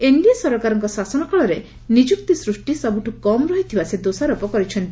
NDA ସରକାରଙ୍କ ଶାସନକାଳରେ ନିଯୁକ୍ତି ସୃଷ୍ଟି ସବୁଠୁ କମ୍ ରହିଥିବା ସେ ଦୋଷାରୋପ କରିଛନ୍ତି